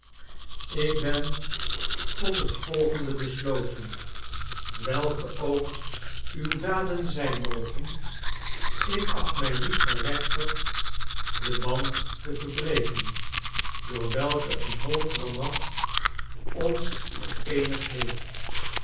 ik ben tot het volgende besloten welke ook uw daden zijn mogen ik acht mij niet gerechtigd den band te verbreken door welken een hoogere macht ons vereenigd heeft